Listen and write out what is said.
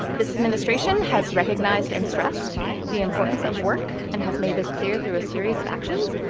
this administration has recognized and stressed the importance of work and has made this clear through a series of actions,